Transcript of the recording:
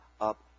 up